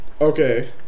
Okay